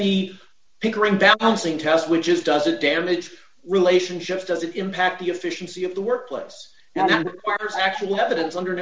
the pickering balancing test which is does a damage relationships does it impact the efficiency of the workplace now that it's actual evidence under